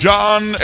John